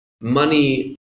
money